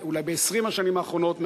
אולי ב-20 השנים האחרונות,